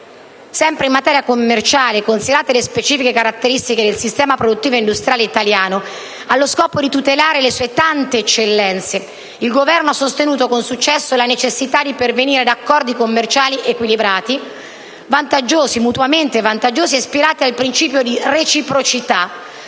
Sempre in materia commerciale, e considerate le specifiche caratteristiche del sistema produttivo e industriale italiano, allo scopo di tutelare le sue tante eccellenze, il Governo ha sostenuto con successo la necessità di pervenire ad accordi commerciali equilibrati, mutuamente vantaggiosi e ispirati al principio di reciprocità,